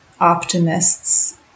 optimists